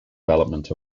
development